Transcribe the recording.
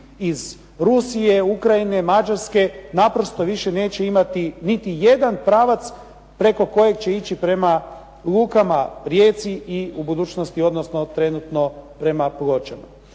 iz Rusije, Ukrajine, Mađarske naprosto više neće imati niti jedan pravac preko kojeg će ići prema lukama Rijeci i u budućnosti odnosno trenutno prema Pločama.